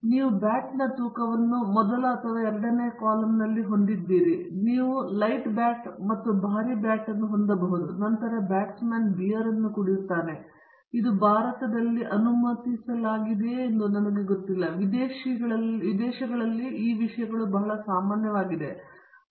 ಆದ್ದರಿಂದ ನಾವು ಬ್ಯಾಟ್ನ ತೂಕವನ್ನು ಮೊದಲ ಅಥವಾ ಎರಡನೆಯ ಕಾಲಮ್ನಲ್ಲಿ ಹೊಂದಿದ್ದೇವೆ ನೀವು ಲೈಟ್ ಬ್ಯಾಟ್ ಮತ್ತು ಭಾರೀ ಬ್ಯಾಟ್ ಅನ್ನು ಹೊಂದಬಹುದು ಮತ್ತು ನಂತರ ಬ್ಯಾಟ್ಸ್ಮನ್ ಬಿಯರ್ ಅನ್ನು ಕುಡಿಯುತ್ತಾರೆ ಇದು ಭಾರತದಲ್ಲಿ ಅನುಮತಿಸಲಾಗಿದೆಯೆ ಎಂದು ನನಗೆ ಗೊತ್ತಿಲ್ಲ ವಿದೇಶಿ ದೇಶಗಳಲ್ಲಿ ಈ ವಿಷಯಗಳು ಬಹಳ ಸಾಮಾನ್ಯವಾಗಿದೆ